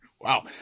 Wow